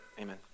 Amen